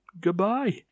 Goodbye